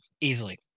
easily